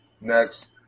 Next